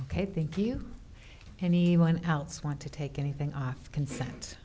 ok thank you anyone else want to take anything off consent